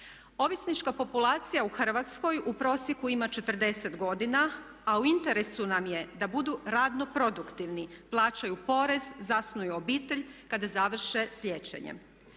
Ovisnička populacija u Hrvatskoj u prosjeku ima 40 godina, a u interesu nam je da budu radno produktivni, plaćaju porez, zasnuju obitelj kada završe s liječenjem.